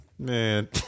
Man